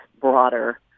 broader